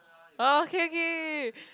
oh okay okay